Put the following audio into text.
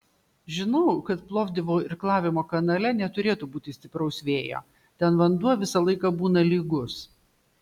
žinau kad plovdivo irklavimo kanale neturėtų būti stipraus vėjo ten vanduo visą laiką būna lygus